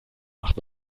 macht